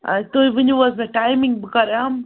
آ تُہۍ ؤنِو حظ مےٚ ٹایمِنٛگ بہٕ کَر یِم